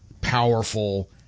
powerful